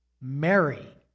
Mary